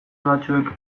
batzuek